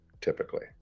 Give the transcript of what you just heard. typically